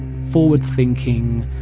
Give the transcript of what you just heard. forward-thinking,